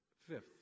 fifth